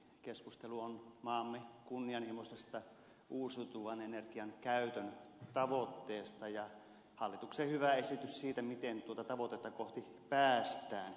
keskustelemme maamme kunnianhimoisesta uusiutuvan energian käytön tavoitteesta ja esillä on hallituksen hyvä esitys siitä miten tuota tavoitetta kohti päästään